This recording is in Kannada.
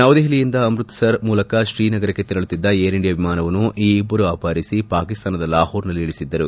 ನವದೆಹಲಿಯಿಂದ ಅಮ್ಬತಸರ್ದ ಮೂಲಕ ಶ್ರೀನಗರಕ್ಕೆ ತೆರಳುತ್ತಿದ್ದ ಏರ್ಇಂಡಿಯಾ ವಿಮಾನವನ್ನು ಈ ಇಬ್ಲರು ಅಪಹರಿಸಿ ಪಾಕಿಸ್ತಾನದ ಲಾಹೋರ್ನಲ್ಲಿ ಇಳಿಸಿದ್ದರು